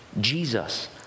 Jesus